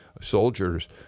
soldiers